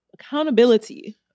accountability